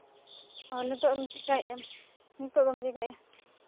ᱚᱸᱻ ᱱᱤᱛᱚᱫ ᱫᱚ ᱪᱤᱠᱟᱭᱮᱜ ᱟᱢ ᱱᱤᱛᱚᱜ ᱫᱚᱢ ᱪᱤᱠᱟᱭᱮᱜᱼᱟ